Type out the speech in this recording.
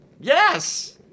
Yes